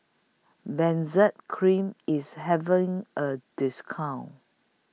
Benzac Cream IS having A discount